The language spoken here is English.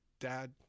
dad